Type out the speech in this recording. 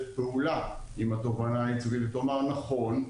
פעולה עם התובענה הייצוגית ותאמר: נכון,